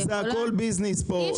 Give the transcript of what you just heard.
יכולה --- זה הכל ביזנס פה.